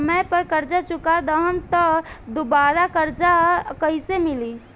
समय पर कर्जा चुका दहम त दुबाराकर्जा कइसे मिली?